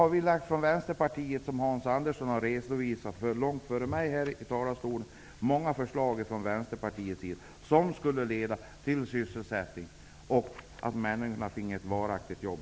För mig är detta en gåta. Hans Andersson har långt före mig redovisat att Vänsterpartiet har lagt fram många förslag som däremot skulle leda till ökad sysselsättning och till att människor fick varaktiga jobb.